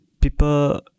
people